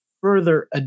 further